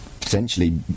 potentially